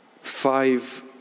five